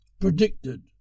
Predicted